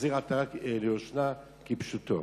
להחזיר עטרה ליושנה, כפשוטו.